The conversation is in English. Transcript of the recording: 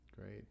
great